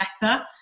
better